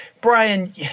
Brian